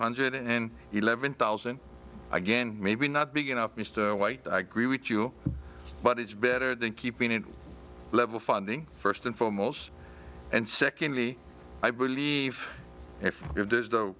hundred and eleven thousand again maybe not big enough mr white i agree with you but it's better than keeping it level funding first and foremost and secondly i believe if